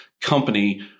company